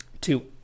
Two